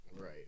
Right